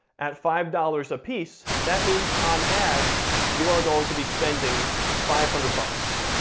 at five dollars a piece, that means on ads you are going to be spending five hundred bucks.